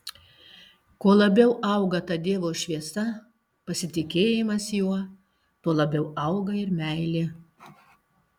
kuo labiau auga ta dievo šviesa pasitikėjimas juo tuo labiau auga ir meilė